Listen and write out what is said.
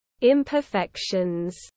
imperfections